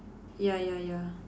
ya ya ya